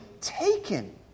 taken